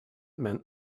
meant